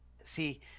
see